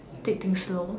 take things slow